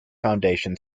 foundation